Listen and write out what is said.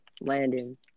Landon